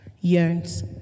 yearns